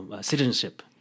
citizenship